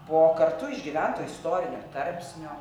po kartu išgyvento istorinio tarpsnio